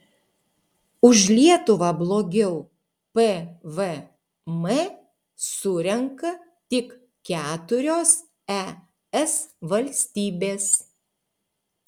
už lietuvą blogiau pvm surenka tik keturios es valstybės